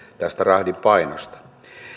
tästä rahdin painosta